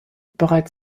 bereits